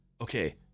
okay